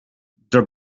the